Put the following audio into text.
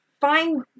find